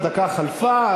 הדקה חלפה,